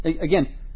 again